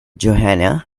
johanna